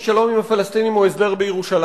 כי שלום עם הפלסטינים הוא הסדר בירושלים,